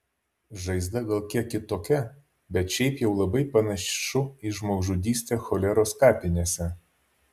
žaizda gal kiek kitokia bet šiaip jau labai panašu į žmogžudystę choleros kapinėse